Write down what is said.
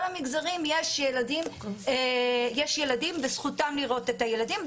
המגזרים יש ילדים וזכותם לראות את הילדים.